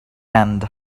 and